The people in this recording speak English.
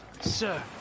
Sir